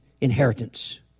inheritance